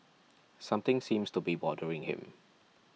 something seems to be bothering him